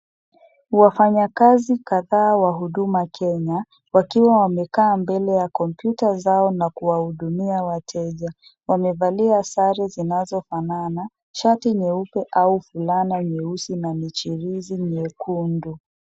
Wafanyakazi kadhaa wa Huduma Kenya, wakiwa wamekaa mbele ya komputa zao na kuwahudumia wateja. Wamevalia sare zinazofanana, shati nyeupe au fulana nyeusi na michirizi mwekundu.